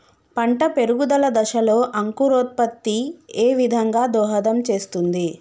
పంట పెరుగుదల దశలో అంకురోత్ఫత్తి ఏ విధంగా దోహదం చేస్తుంది?